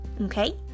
okay